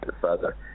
further